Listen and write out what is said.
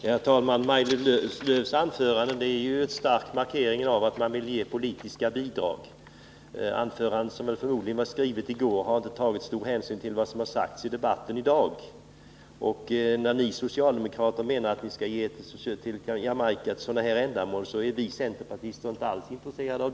Herr talman! Maj-Lis Lööws anförande var en markering av att socialdemokraterna vill ge politiska bidrag. I anförandet, som förmodligen var skrivet i går, togs inte stor hänsyn till vad som i dag har sagts i debatten. Vi centerpartister är inte alls intresserade av socialdemokraternas förslag när det gäller stöd till Jamaica.